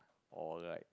or like